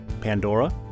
Pandora